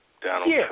Donald